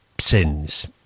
sins